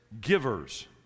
givers